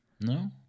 No